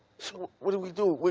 so what do we do?